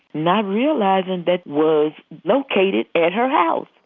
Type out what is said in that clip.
not realizing that was located at her house.